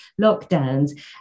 lockdowns